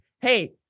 hey